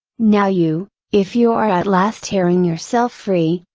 now you, if you are at last tearing yourself free,